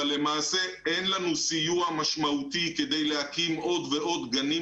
אבל למעשה אין לנו סיוע משמעותי כדי להקים עוד ועוד גנים